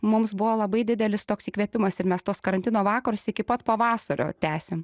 mums buvo labai didelis toks įkvėpimas ir mes tuos karantino vakarus iki pat pavasario tęsėm